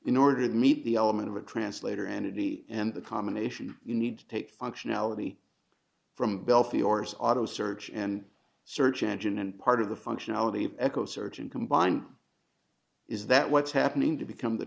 in order to meet the element of a translator entity and the combination you need to take functionality from belfiore as auto search and search engine and part of the functionality of echo search and combine is that what's happening to become the